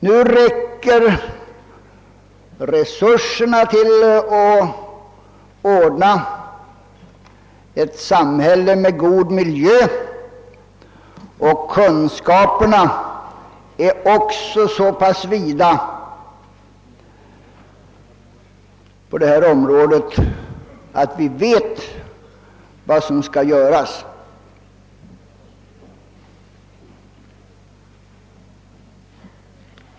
Nu räcker resurserna till för att ordna ett samhälle med god miljö, och kunskaperna är så stora på detta område, att vi vet en hel del om vad som skall göras.